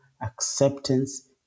acceptance